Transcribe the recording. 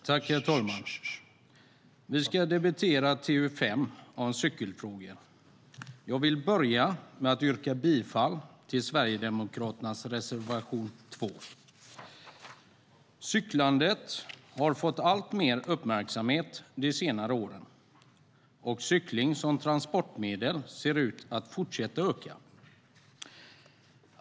Herr talman! Vi ska debattera TU5 om cykelfrågor. Jag vill börja med att yrka bifall till Sverigedemokraternas reservation 2. Cyklandet har fått alltmer uppmärksamhet de senare åren, och cykling som transportsätt ser ut att fortsätta öka.